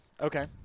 Okay